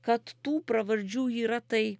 kad tų pravardžių yra tai